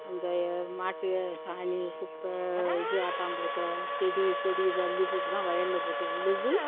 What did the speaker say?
இந்த மாட்டு சாணி குப்பை இது ஆட்டாம்புலுகுக்க செடி கொடி இதை அள்ளிப்போட்டுதான் வயலில் போட்டு உகுது